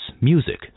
music